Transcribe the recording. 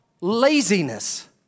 laziness